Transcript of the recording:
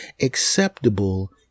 acceptable